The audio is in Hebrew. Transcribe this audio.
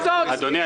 אדוני,